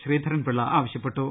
ശ്രീധരൻപിള്ള ആവശ്യ പ്പെട്ടു